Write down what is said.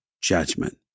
judgment